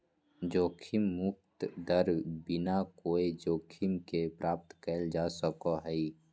जोखिम मुक्त दर बिना कोय जोखिम के प्राप्त कइल जा सको हइ